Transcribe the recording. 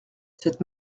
cette